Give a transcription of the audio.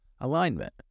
Alignment